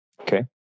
Okay